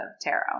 tarot